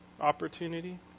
opportunity